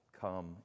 come